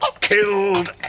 killed